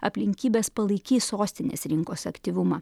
aplinkybės palaikys sostinės rinkos aktyvumą